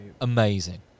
Amazing